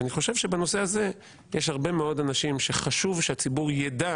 אני חושב שבנושא הזה יש הרבה מאוד אנשים שחשוב שהציבור ידע